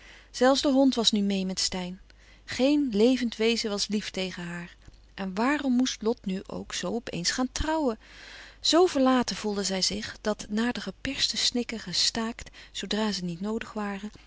zelfs de hond was nu meê met steyn geen levend wezen was lief tegen haar en waarom moest lot nu ook zoo op eens gaan trouwen zo verlaten voelde zij zich dat na de geperste snikken gestaakt zoodra ze niet noodig waren